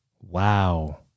Wow